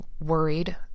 worried